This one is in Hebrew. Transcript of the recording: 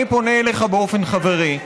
אני פונה אליך באופן חברי.